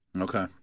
Okay